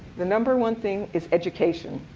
the number one thing is education.